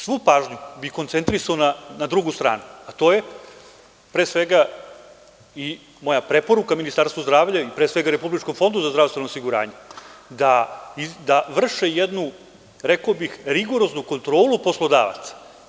Svu pažnju bih koncentrisao na drugu stranu, a to je, pre svega i moja preporuka Ministarstvu zdravlja i pre svega Republičkom fondu za zdravstveno osiguranje da vrše jednu, rekao bih rigoroznu kontrolu poslodavaca.